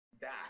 back